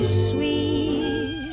sweet